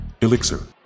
Elixir